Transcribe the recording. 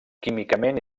químicament